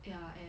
ya and